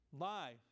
lie